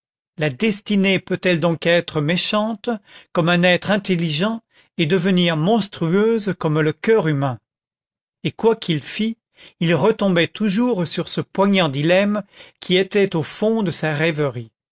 la destinée peut-elle donc être méchante comme un être intelligent et devenir monstrueuse comme le coeur humain et quoi qu'il fît il retombait toujours sur ce poignant dilemme qui était au fond de sa rêverie